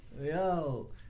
Yo